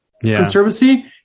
conservancy